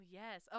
yes